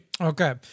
okay